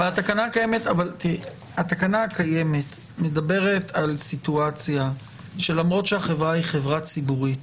אבל התקנה הקיימת מדברת על סיטואציה שלמרות שהחברה היא חברה ציבורית